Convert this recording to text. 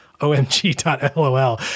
omg.lol